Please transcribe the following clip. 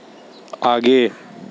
आगे